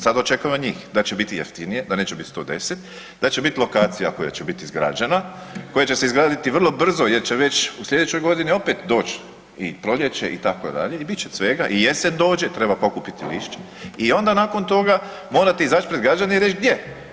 Sad očekujemo od njih da će biti jeftinije, da neće bit 110, da će bit lokacija koja će bit izgrađena, koja će se izgraditi vrlo brzo jer će već u slijedećoj godini opet doć i proljeće itd. i bit će svega i jesen dođe, treba pokupiti lišće i onda nakon toga morate izać pred građane i reć gdje.